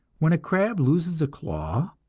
when a crab loses a claw,